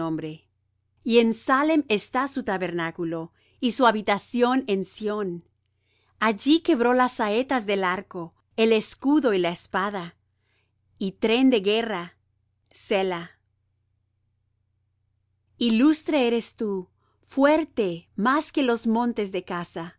y en salem está su tabernáculo y su habitación en sión allí quebró las saetas del arco el escudo y la espada y tren de guerra selah ilustre eres tú fuerte más que los montes de caza